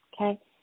Okay